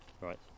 Right